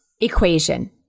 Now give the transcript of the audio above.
equation